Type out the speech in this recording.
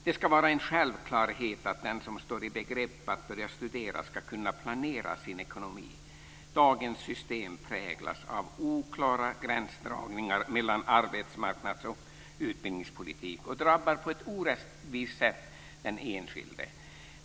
Det ska vara en självklarhet att den som ska börja studera ska kunna planera sin ekonomi. Dagens system präglas av oklara gränsdragningar mellan arbetsmarknadspolitik och utbildningspolitik. Det drabbar på ett orättvist sätt den enskilde.